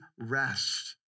rest